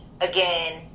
again